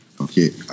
Okay